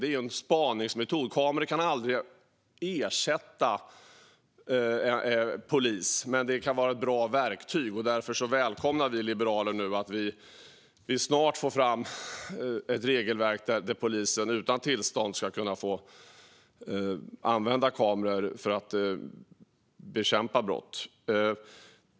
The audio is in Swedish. Det är en spaningsmetod, och kameror kan aldrig ersätta polis. Men det kan vara ett bra verktyg, och därför välkomnar vi liberaler att vi nu snart får fram ett regelverk som gör att polisen utan tillstånd får använda kameror för att bekämpa brott.